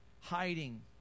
hiding